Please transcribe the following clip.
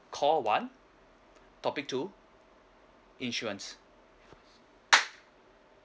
call one topic two insurance